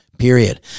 period